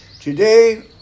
Today